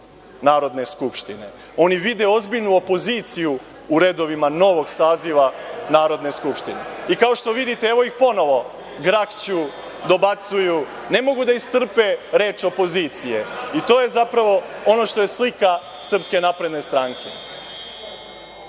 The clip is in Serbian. Narodne skupštine, oni vide ozbiljnu opoziciju u redovima novog saziva Narodne skupštine. Kao što vidite, evo ih ponovo grakću, dobacuju, ne mogu da istrpe reč opozicije, i to je zapravo ono što je slika SNS.Niko im ne spori